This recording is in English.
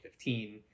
2015